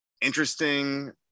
interesting